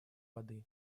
воды